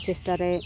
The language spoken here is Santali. ᱪᱮᱥᱴᱟ ᱨᱮ